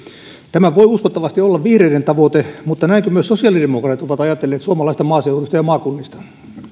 tämä voi uskottavasti olla vihreiden tavoite mutta näinkö myös sosiaalidemokraatit ovat ajatelleet suomalaisesta maaseudusta ja maakunnista